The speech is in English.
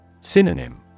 synonym